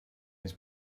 his